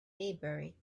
maybury